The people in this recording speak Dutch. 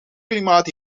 klimaat